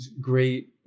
great